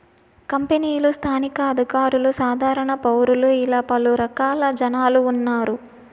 కంపెనీలు స్థానిక అధికారులు సాధారణ పౌరులు ఇలా పలు రకాల జనాలు ఉన్నారు